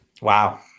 Wow